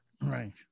Right